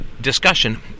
discussion